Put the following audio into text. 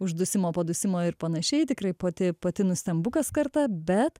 uždusimo po dusimo ir panašiai tikrai pati pati nustembu kas kartą bet